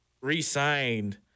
re-signed